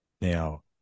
Now